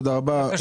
תודה רבה,